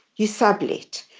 you sublet.